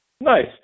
nice